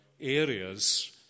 areas